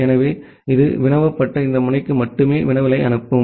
எனவே இது வினவப்பட்ட இந்த முனைக்கு மட்டுமே வினவலை அனுப்பும்